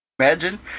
Imagine